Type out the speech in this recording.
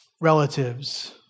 relatives